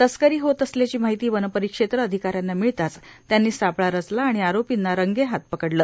तस्करी होत असल्याची माहिती वनपरिक्षेत्र अधिकाऱ्यांना मिळताच त्यांनी सापळा रचला आणि आरोपींना रंगेहाथ पकडलं